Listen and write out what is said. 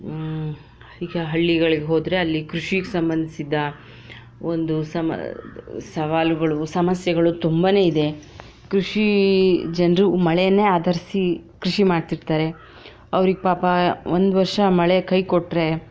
ಈಗ ಹಳ್ಳಿಗಳಿಗೆ ಹೋದರೆ ಅಲ್ಲಿ ಕೃಷಿಗೆ ಸಂಬಂಧಿಸಿದ ಒಂದು ಸಮ ಸವಾಲುಗಳು ಸಮಸ್ಯೆಗಳು ತುಂಬ ಇದೆ ಕೃಷಿ ಜನರು ಮಳೆಯನ್ನೇ ಆಧರಿಸಿ ಕೃಷಿ ಮಾಡ್ತಿರ್ತಾರೆ ಅವರಿಗೆ ಪಾಪ ಒಂದು ವರ್ಷ ಮಳೆ ಕೈ ಕೊಟ್ಟರೆ